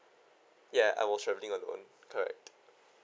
ya I was traveling on my own correct